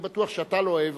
אני בטוח שגם אתה לא אוהב,